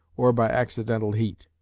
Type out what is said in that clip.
or by accidental heat.